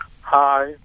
Hi